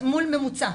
מול ממוצע.